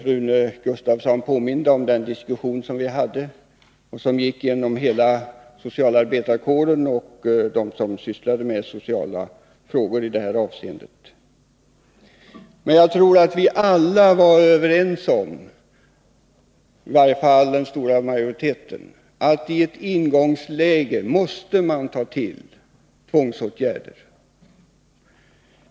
Rune Gustavsson påminde om den diskussion som vi hade och som gick genom hela socialarbetarkåren och bland dem som sysslade med sociala frågor i detta avseende. Men den stora majoriteten var överens om att man i ett ingångsläge måste ta till tvångsåtgärder.